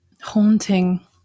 haunting